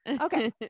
Okay